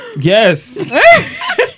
Yes